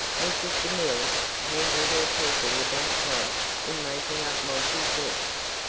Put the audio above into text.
mrs. demille handled her people without gloves in making up monty's lists.